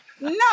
no